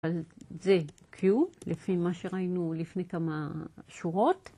אז זה q לפי מה שראינו לפני כמה שורות.